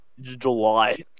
July